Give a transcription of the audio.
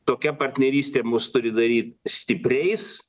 tokia partnerystė mus turi daryt stipriais